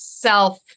self